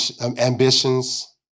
ambitions